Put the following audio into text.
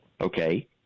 okay